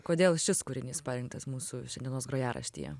kodėl šis kūrinys parengtas mūsų šiandienos grojaraštyje